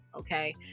okay